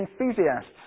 enthusiasts